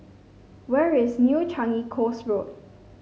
where is New Changi Coast Road